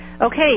Okay